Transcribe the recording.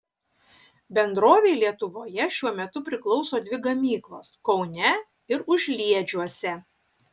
bendrovei lietuvoje šiuo metu priklauso dvi gamyklos kaune ir užliedžiuose